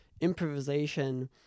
Improvisation